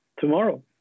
tomorrow